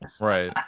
Right